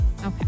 Okay